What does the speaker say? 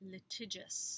Litigious